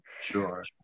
sure